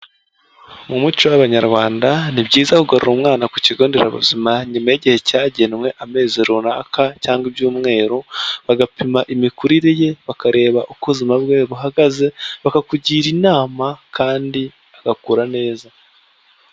Mu muco w'abanyarwanda ni byiza kugarura umwana ku kigo nderabuzima nyuma y'igihe cyagenwe; amezi runaka cyangwa ibyumweru bagapima imikurire ye, bakareba uko ubuzima bwe buhagaze, bakakugira inama kandi agakura neza.